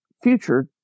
future